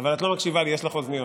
אבל את לא מקשיבה לי, יש לך אוזניות.